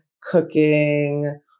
cooking